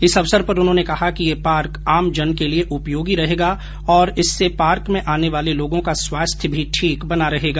इस अवसर पर उन्होंने कहा कि यह पार्क आमजन के लिये उपयोगी रहेगा और इससे पार्क में आने वाले लोगों का स्वास्थ्य ठीक बना रहेगा